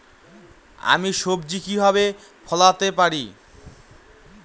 আমি সবজি কিভাবে ফলাতে পারি?